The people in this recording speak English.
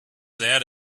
that